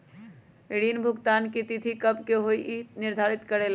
ऋण भुगतान की तिथि कव के होई इ के निर्धारित करेला?